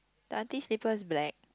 the auntie slipper is black